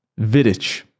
Vidic